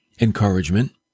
encouragement